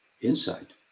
insight